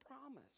promise